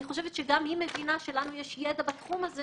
אני חושבת שהיא מבינה שלנו יש ידע בתחום הזה